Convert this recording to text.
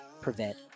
prevent